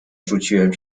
rzuciłem